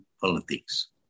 politics